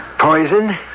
Poison